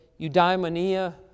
eudaimonia